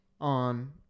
on